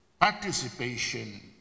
participation